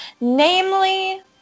namely